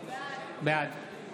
בעד יואב גלנט, בעד גילה